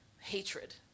hatred